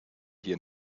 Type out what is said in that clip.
hier